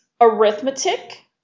arithmetic